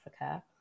Africa